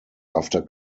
after